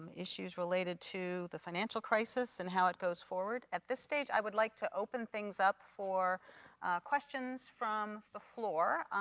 issues related to the financial crisis and how it goes forward. at this stage, i would like to open things up for questions from the floor.